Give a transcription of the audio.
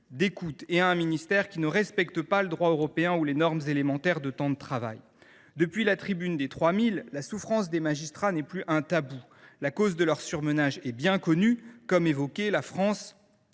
d’écoute, et à un ministère qui ne respecte pas le droit européen ni les normes élémentaires de temps de travail. Depuis la publication de l’« Appel des 3 000 », la souffrance des magistrats n’est plus un tabou. La cause de leur surmenage est bien connue : comme cela a